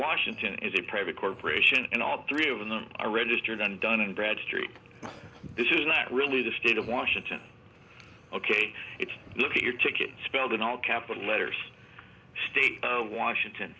washington is a private corporation and all three of them are registered on dun and bradstreet this is not really the state of washington ok it's look at your ticket spelled in all capital letters state of washington